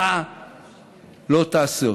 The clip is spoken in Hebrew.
אתה לא תעשה אותו.